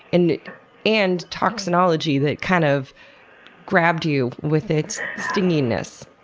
and and toxinology that kind of grabbed you with its stingy-ness?